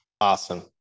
Awesome